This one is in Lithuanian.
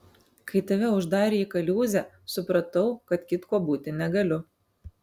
kai tave uždarė į kaliūzę supratau kad kitkuo būti negaliu